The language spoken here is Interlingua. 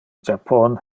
japon